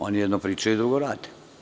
Oni jedno pričaju a drugo rade.